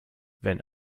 wenn